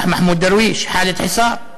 מחמוד דרוויש (אומר דברים בשפה הערבית),